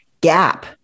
gap